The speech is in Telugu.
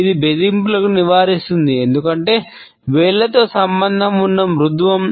ఇది బెదిరింపులను నివారిస్తుంది ఎందుకంటే వేళ్ళతో సంబంధం ఉన్న మృదుత్వం